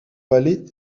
vallée